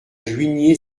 juigné